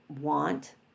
want